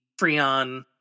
Freon